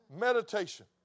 meditation